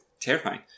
terrifying